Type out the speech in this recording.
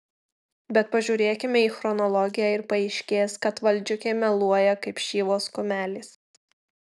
bet pažiūrėkime į chronologiją ir paaiškės kad valdžiukė meluoja kaip šyvos kumelės